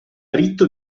ritto